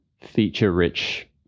feature-rich